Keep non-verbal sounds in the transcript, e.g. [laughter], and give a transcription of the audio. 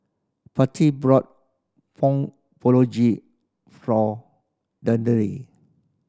Patti brought Pong [unintelligible] for [unintelligible]